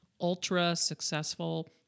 ultra-successful